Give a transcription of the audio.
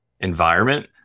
environment